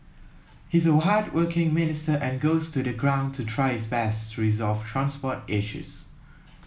he's a hardworking minister and goes to the ground to try his best to resolve transport issues